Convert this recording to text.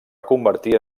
convertir